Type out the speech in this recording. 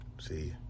See